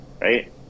right